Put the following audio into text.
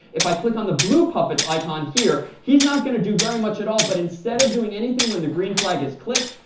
if i click on the blue puppet's icon here, he's not going to do very much at all. but instead of doing anything when the green flag is clicked,